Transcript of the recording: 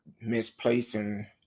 misplacing